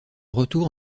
retour